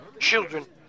children